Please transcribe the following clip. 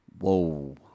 Whoa